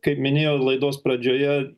kaip minėjau laidos pradžioje